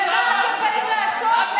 ומה אתם באים לעשות?